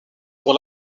pour